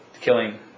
killing